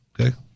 okay